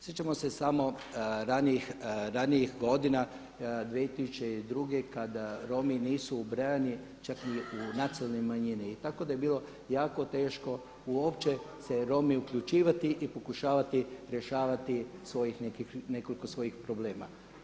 Sjećamo se samo ranijih godina 2002. kada Romi nisu ubrajani čak ni u nacionalne manjine i tako da je bilo jako teško uopće se Romi uključivati i pokušavati rješavati nekoliko svojih problema.